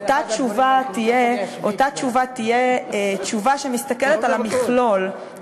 אותה תשובה תהיה תשובה שמסתכלת על המכלול,